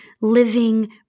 living